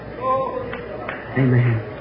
Amen